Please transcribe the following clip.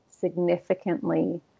significantly